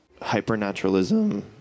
hypernaturalism